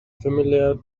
familiar